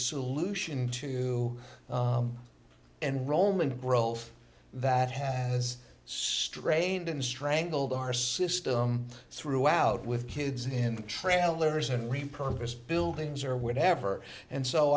solution to enrollment growth that has strained and strangled our system throughout with kids in trailers and repurpose buildings or whatever and so